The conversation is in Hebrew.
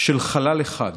של חלל אחד,